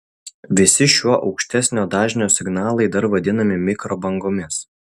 visi šiuo aukštesnio dažnio signalai dar vadinami mikrobangomis